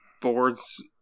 boards